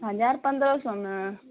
हजार पन्द्रह सओमे